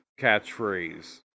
catchphrase